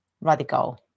radical